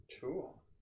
Cool